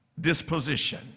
disposition